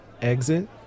exit